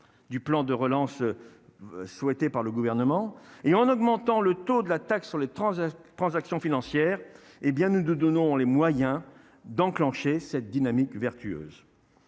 du plan de relance souhaitée par le gouvernement et en augmentant le taux de la taxe sur les transactions transaction financière, hé bien nous de donnons les moyens d'enclencher cette dynamique vertueuse,